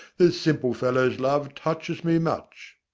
this simple fellow's love touches me much.